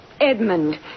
Edmund